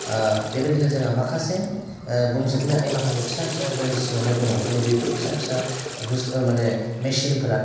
बेबायदिनो जोंहा माखासे बुंजोबनो हायि माखासे फिसा फिसा जोंनि सिङावहाय दङ दिनै बेफोर फिसा फिसा बुस्तु माने मेसिनफोरा